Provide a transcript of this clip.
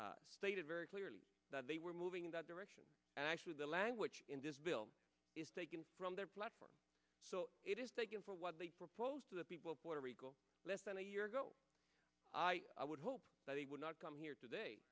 rico stated very clearly that they were moving in that direction and actually the language in this bill is taken from their platform so it is taken for what they proposed to the people of puerto rico less than a year ago i would hope that he would not come here today